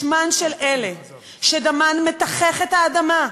בשמן של אלה שדמן מתחת האדמה,